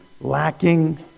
lacking